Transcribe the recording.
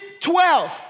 12